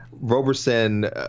Roberson